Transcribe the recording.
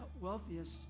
wealthiest